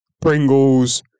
Pringles